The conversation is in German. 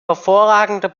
hervorragender